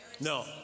No